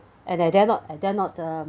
and I dare not I dare not uh